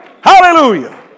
Hallelujah